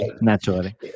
Naturally